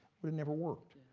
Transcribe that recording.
but and never worked.